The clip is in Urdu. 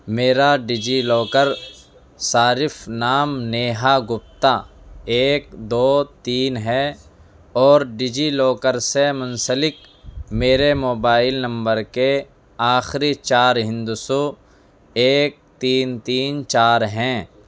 میرا ڈیجی لاکر صارف نام نیہا گپتا ایک دو تین ہے اور ڈیجی لاکر سے منسلک میرے موبائل نمبر کے آخری چار ہندسوں ایک تین تین چار ہیں